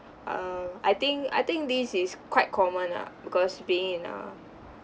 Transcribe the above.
err I think I think this is quite common lah because being in a